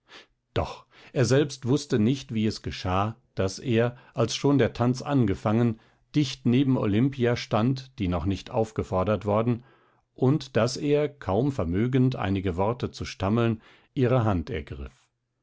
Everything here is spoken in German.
doch er selbst wußte nicht wie es geschah daß er als schon der tanz angefangen dicht neben olimpia stand die noch nicht aufgefordert worden und daß er kaum vermögend einige worte zu stammeln ihre hand ergriff